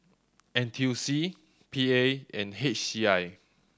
N T U C P A and H C I